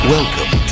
Welcome